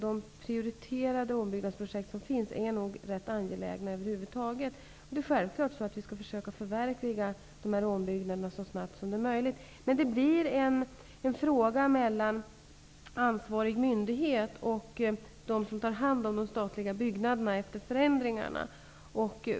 De prioriterade ombyggnadsprojekt som finns är nog rätt angelägna över huvud taget. Det är självklart att vi skall försöka förverkliga dessa ombyggnader så snabbt som möjligt. Men det blir en fråga mellan ansvarig myndighet och de som efter förändringarna tar hand om de statliga byggnaderna.